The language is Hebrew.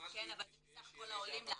כן אבל זה מסך כל העולים לארץ,